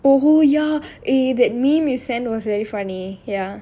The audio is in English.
oh oh ya eh that meme you send was very funny ya